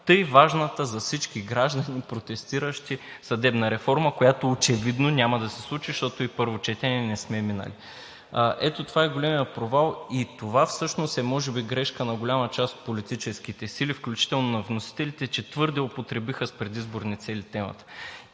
тъй важната за всички граждани и протестиращи съдебна реформа, която очевидно няма да се случи, защото и на първо четене не сме я минали. Ето това е големият провал и всъщност това може би е грешката на голяма част от политическите сили, включително на вносителите – че твърде употребиха темата с предизборни цели.